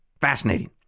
Fascinating